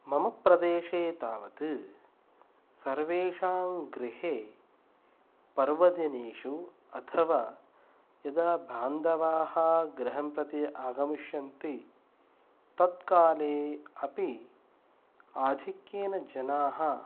मम प्रदेशे तावत् सर्वेषां गृहे पर्वदिनेषु अथवा यदा बान्धवाः गृहं प्रति आगमिष्यन्ति तत् काले अपि आधिक्येन जनाः